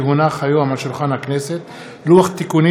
כי הונח היום על שולחן הכנסת לוח תיקונים